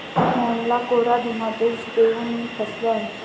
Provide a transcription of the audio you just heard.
मोहनला कोरा धनादेश देऊन मी फसलो आहे